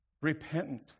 repentant